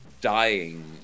dying